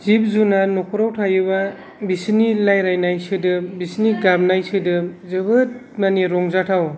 जिब जुनार न'खराव थायोब्ला बिसोरनि रायज्लानाय सोदोब बिसोरनि गाबनाय सोदोब जोबोद माने रंजाथाव